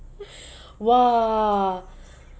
!wah!